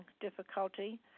difficulty